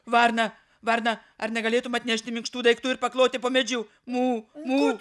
varna varna ar negalėtum atnešti minkštų daiktų ir pakloti po medžiu mū mū